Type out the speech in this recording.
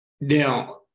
Now